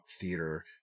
theater